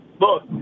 look